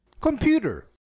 Computer